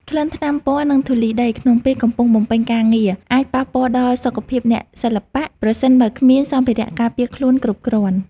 ក្លិនថ្នាំពណ៌ និងធូលីដីក្នុងពេលកំពុងបំពេញការងារ អាចប៉ះពាល់ដល់សុខភាពអ្នកសិល្បៈ ប្រសិនបើគ្មានសម្ភារៈការពារខ្លួនគ្រប់គ្រាន់។